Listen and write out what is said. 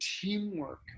teamwork